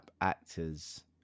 actors